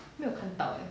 没有看到 eh